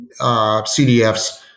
CDFs